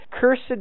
Cursed